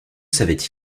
savait